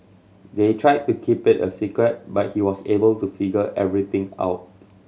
they tried to keep it a secret but he was able to figure everything out